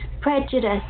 prejudice